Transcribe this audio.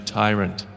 tyrant